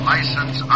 License